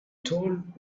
told